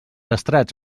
estrats